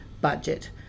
budget